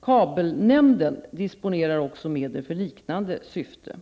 Kabelnämnden disponerar också medel för liknande syfte.